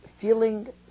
feeling